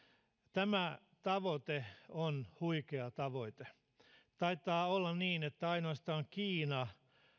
tämä tavoite on huikea tavoite taitaa olla niin että ainoastaan kiina